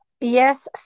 yes